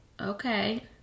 Okay